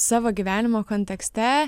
savo gyvenimo kontekste